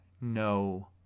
No